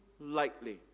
lightly